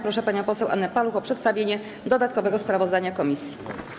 Proszę panią poseł Annę Paluch o przedstawienie dodatkowego sprawozdania komisji.